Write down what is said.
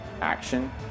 action